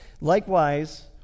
Likewise